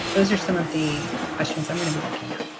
those are some of the questions i'm going to be looking at